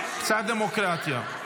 קצת דמוקרטיה.